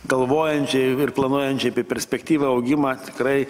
galvojančiai ir planuojančiai apie perspektyvą augimą tikrai